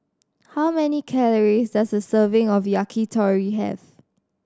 how many calories does a serving of Yakitori have